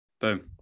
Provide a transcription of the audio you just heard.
Boom